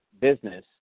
business